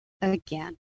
again